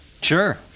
Sure